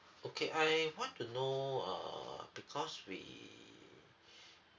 okay I want to know err because we